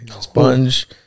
Sponge